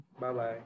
Bye-bye